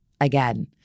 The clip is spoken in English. Again